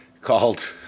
called